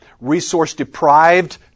resource-deprived